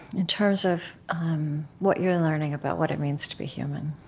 in terms of what you're learning about what it means to be human?